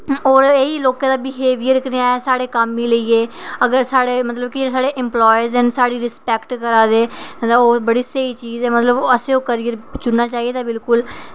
होर एह् ही कि लोकें दा बिहेवियर कनेहा ऐ साढ़े कम्म ई लेइयै मतलब की अगर साढ़े इंप्लॉय न साढ़ी रिस्पैक्ट करा दे तां मतलब ओह् बड़ी स्हेई चीज़ ऐ मतलब कि करियर गी चुनना चाहिदा बिल्कुल